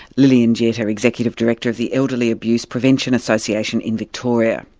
lillian jetta, executive director of the elderly abuse prevention association in victoria.